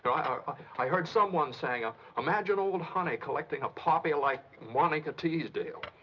i i heard someone saying, ah imagine old honey collecting a poppy like monica teasdale.